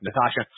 Natasha